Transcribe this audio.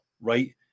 right